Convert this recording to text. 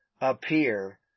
appear